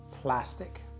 plastic